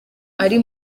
ari